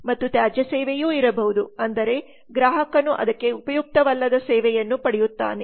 ಮತ್ತು ತ್ಯಾಜ್ಯ ಸೇವೆಯೂ ಇರಬಹುದು ಅಂದರೆ ಗ್ರಾಹಕನು ಅದಕ್ಕೆ ಉಪಯುಕ್ತವಲ್ಲದ ಸೇವೆಯನ್ನು ಪಡೆಯುತ್ತಾನೆ